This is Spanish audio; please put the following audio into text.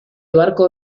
barco